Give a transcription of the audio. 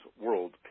world